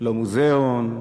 לא מוזיאון,